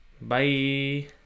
Bye